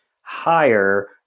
higher